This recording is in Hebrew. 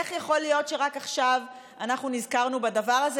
איך יכול להיות שרק עכשיו אנחנו נזכרנו בדבר הזה?